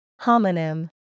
Homonym